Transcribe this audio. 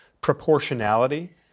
proportionality